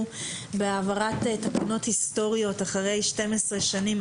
בהעברת תקנות היסטוריות אחרי 12 שנים.